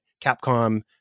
Capcom